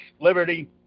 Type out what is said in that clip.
liberty